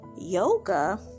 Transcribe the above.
yoga